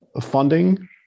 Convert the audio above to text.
funding